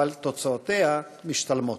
אבל תוצאותיה משתלמות.